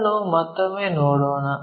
ಅದನ್ನು ಮತ್ತೊಮ್ಮೆ ಮಾಡೋಣ